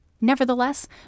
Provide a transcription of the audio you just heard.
Nevertheless